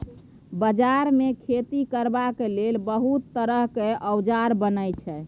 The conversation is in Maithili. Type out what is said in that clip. बजार मे खेती करबाक लेल बहुत तरहक औजार बनई छै